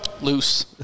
Loose